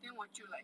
then 我就 like